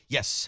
Yes